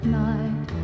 night